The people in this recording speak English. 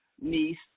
niece